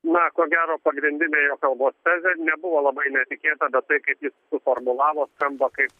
na ko gero pagrindinė jo kalbos nebuvo labai netikėta bet tai kaip jis suformulavo skamba kaip